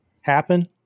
happen